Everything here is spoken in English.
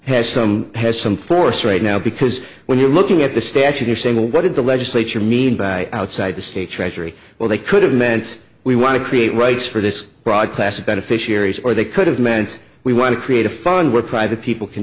has some has some force right now because when you're looking at the statute you're saying well what did the legislature mean by outside the state treasury well they could have meant we want to create rights for this broad class of beneficiaries or they could have meant we want to create a fund where private people can